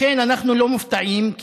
לכן אנחנו לא מופתעים,